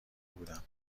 بودم